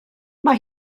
mae